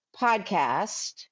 podcast